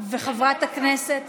וחברת הכנסת